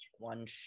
one